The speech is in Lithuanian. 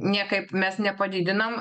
niekaip mes nepadidinam